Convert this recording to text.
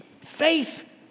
Faith